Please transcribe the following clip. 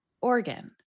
organ